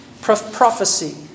prophecy